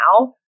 now